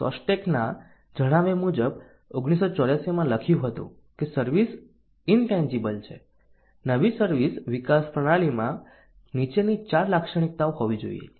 શોસ્ટેકના જણાવ્યા મુજબ 1984 માં લખ્યું હતું કે સર્વિસ ઇનટેન્જીબલ છે નવી સર્વિસ વિકાસ પ્રણાલીમાં નીચેની 4 લાક્ષણિકતાઓ હોવી જોઈએ